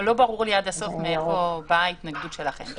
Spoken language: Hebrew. לא ברור לי עד הסוף מאיפה באה ההתנגדות שלכם.